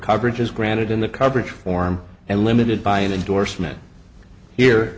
coverage is granted in the coverage form and limited by an endorsement here